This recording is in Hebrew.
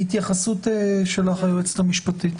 התייחסות שלך, היועצת המשפטית.